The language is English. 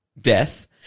death